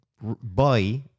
buy